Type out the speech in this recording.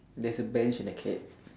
there's a bench and a cat